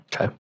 Okay